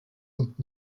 und